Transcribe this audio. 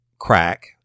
crack